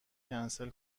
کنسل